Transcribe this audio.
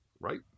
Right